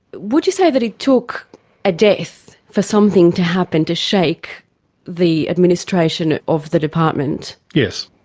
would you say that it took a death for something to happen, to shake the administration of the department? yes.